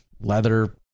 leather